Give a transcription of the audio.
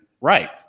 right